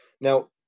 Now